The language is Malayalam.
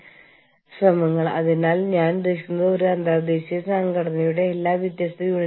യൂണിയൻ കരാറുകളുടെ ബൈൻഡിംഗ് ഫോഴ്സ് ഓരോ രാജ്യത്തിനും വ്യത്യാസപ്പെടാം